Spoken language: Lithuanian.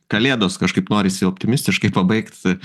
kalėdos kažkaip norisi optimistiškai pabaigt